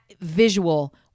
visual